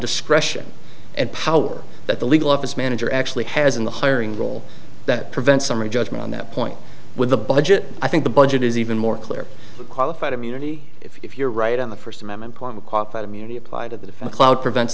discretion and power that the legal office manager actually has in the hiring role that prevents summary judgment on that point with the budget i think the budget is even more clear qualified immunity if you're right on the first amendment part of qualified immunity applied if the cloud prevents